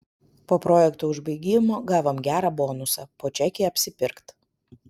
po projekto užbaigimo gavom gerą bonusą po čekį apsipirkt